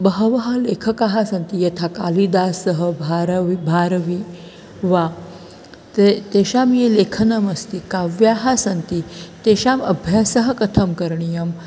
बहवः लेखकाः सन्ति यथा कालिदासः भारविः भारविः वा ते तेषां ये लेखनमस्ति काव्यानि सन्ति तेषाम् अभ्यासः कथं करणीयम्